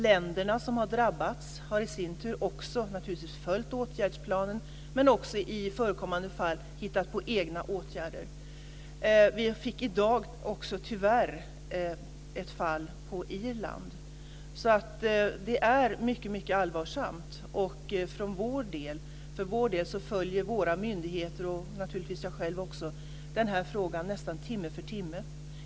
Länderna, som har drabbats, har i sin tur naturligtvis följt åtgärdsplanen men också i förekommande fall hittat på egna åtgärder. Vi fick i dag, tyvärr, besked om ett fall på Irland, så det är mycket allvarsamt. Våra myndigheter och naturligtvis också jag själv följer den här frågan nästan timme för timme.